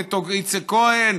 נטו איציק כהן,